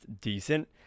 decent